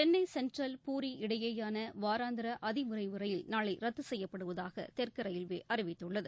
Chennai central Puri இடையேயான வாராந்திர அதிவிரைவு ரயில் நாளை ரத்து செய்யப்படுவதாக தெற்கு ரயில்வே அறிவித்துள்ளது